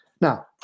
Now